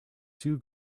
two